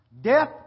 death